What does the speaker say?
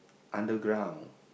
underground